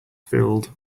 filled